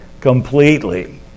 completely